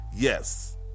Yes